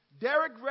Derek